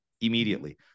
immediately